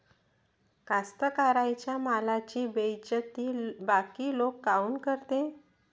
कास्तकाराइच्या मालाची बेइज्जती बाकी लोक काऊन करते?